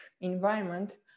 environment